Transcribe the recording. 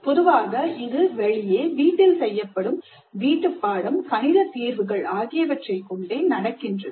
பொதுவாக இது வெளியே வீட்டில் செய்யப்படும் வீட்டுப்பாடம் தீர்வுகள் ஆகியவற்றைக் கொண்டே நடக்கின்றது